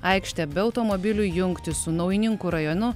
aikštę be automobilių jungtį su naujininkų rajonu